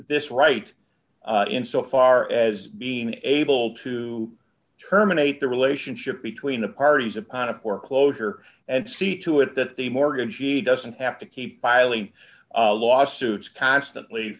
this right in so far as being able to terminate the relationship between the parties upon a foreclosure and see to it that the mortgagee doesn't have to keep piling lawsuits constantly